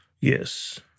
Yes